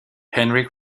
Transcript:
henry